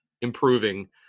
improving